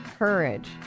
courage